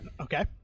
Okay